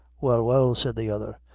well, well, said the other,